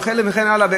וכן הלאה וכן הלאה,